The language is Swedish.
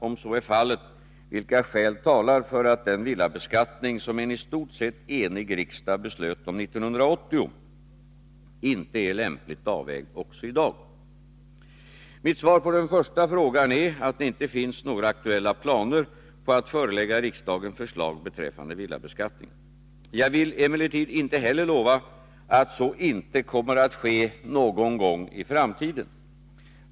Om så är fallet, vilka skäl talar för att den villabeskattning som en ii stort sett enig riksdag beslöt om 1980 inte är lämpligt avvägd också i dag? Mitt svar på den första frågan är att det inte finns några aktuella planer på att förelägga riksdagen förslag beträffande villabeskattningen. Jag vill emellertid inte lova att så inte kommer att ske någon gång i framtiden.